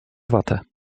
watę